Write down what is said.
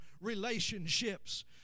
relationships